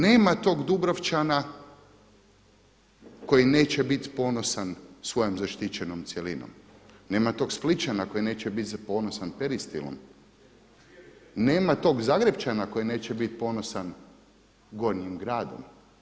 Nema tog Dubrovčana koji neće bit ponosan svojom zaštićenom cjelinom, nema tog Splićana koji neće bit ponosan peristilom, nema tog Zagrepčana koji neće bit ponosan Gornjim gradom.